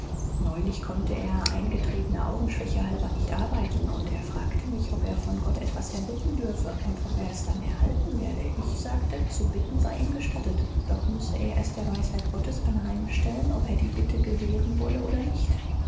neulich konnte er eingetretener augenschwäche halber nicht arbeiten und er fragte mich ob er von gott etwas erbitten dürfe und ob er es dann erhalten werde ich sagte zu bitten sei ihm gestattet doch müsse er es der weisheit gottes anheimstellen ob er die bitte gewähren wolle oder nicht